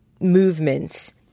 movements